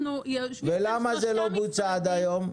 למה זה לא בוצע עד היום?